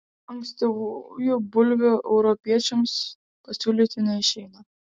ankstyvųjų bulvių europiečiams pasiūlyti neišeina